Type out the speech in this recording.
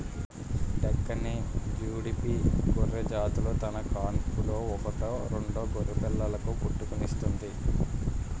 డెక్కాని, జుడిపి గొర్రెజాతులు తన కాన్పులో ఒకటో రెండో గొర్రెపిల్లలకు పుట్టుకనిస్తుంది